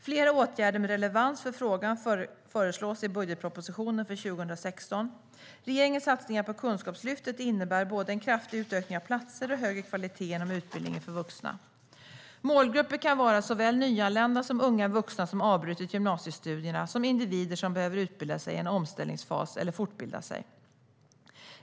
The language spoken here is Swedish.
Flera åtgärder med relevans för frågan föreslås i budgetpropositionen för 2016. Regeringens satsningar på Kunskapslyftet innebär både en kraftig utökning av platser och högre kvalitet inom utbildning för vuxna. Målgrupper kan vara såväl nyanlända som unga vuxna som avbrutit gymnasiestudierna samt individer som behöver utbilda sig i en omställningsfas eller fortbilda sig.